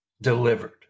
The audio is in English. delivered